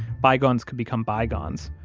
bygones could become bygones,